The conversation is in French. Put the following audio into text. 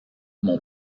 mon